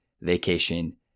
vacation